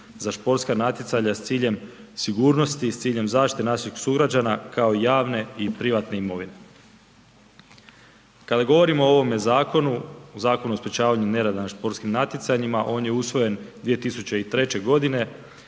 za sportska natjecanja s ciljem sigurnosti, s ciljem zaštite naših sugrađana kao i javne i privatne imovine. Kada govorimo o ovome zakonu, Zakonu o sprečavanju nereda na sportskim natjecanjima, on je usvojen 2003. godine